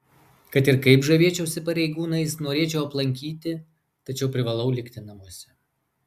kad ir kaip žavėčiausi pareigūnais norėčiau aplankyti tačiau privalau likti namuose